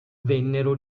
vennero